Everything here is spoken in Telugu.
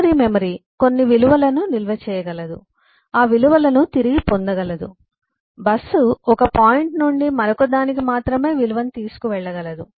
ప్రైమరీ మెమరీ కొన్ని విలువలను నిల్వ చేయగలదు ఆ విలువలను తిరిగి పొందగలదు బస్సు ఒక పాయింట్ నుండి మరొకదానికి మాత్రమే విలువను తీసుకు వెళ్ళగలదు